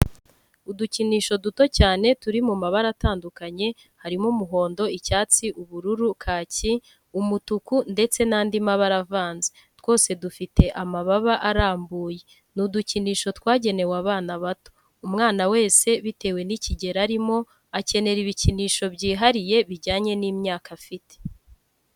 Udukinisho duto cyane turi mu mabara atandukanye harimo umuhondo, icyatsi, ubururu kaki umutuku ndetse n'andimabara avanze, twose dufite amababa arambuye.,ni udukinisho twagenewe abana bato. Umwana wese bitewe n'ikigero arimo akenera ibikinsho byihariye bijyanye n'imyaka afite.